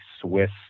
Swiss